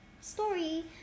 story